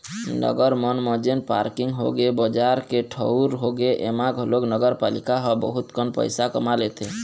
नगर मन म जेन पारकिंग होगे, बजार के ठऊर होगे, ऐमा घलोक नगरपालिका ह बहुत कन पइसा कमा लेथे